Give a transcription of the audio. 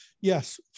Yes